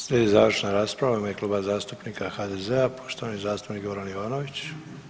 Slijedi završna rasprava u ime Kluba zastupnika HDZ-a poštovani zastupnik Goran Ivanović.